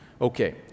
Okay